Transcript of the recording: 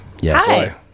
Yes